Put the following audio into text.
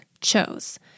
chose